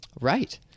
right